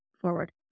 forward